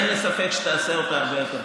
אין לי ספק שתעשה אותה הרבה יותר טוב.